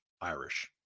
Irish